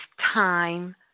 time